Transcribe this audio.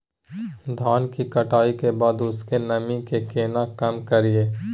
धान की कटाई के बाद उसके नमी के केना कम करियै?